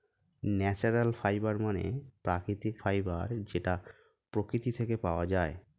natural fibre মানে প্রাকৃতিক fibre যেটা প্রকৃতি থেকে পাওয়া যায়